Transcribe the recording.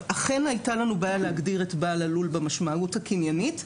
אכן הייתה לנו בעיה להגדיר את בעל הלול במשמעות הקניינית,